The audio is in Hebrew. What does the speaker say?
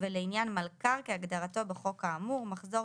ולעניין מלכ"ר כהגדרתו בחוק האמור מחזור